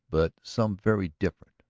but some very different,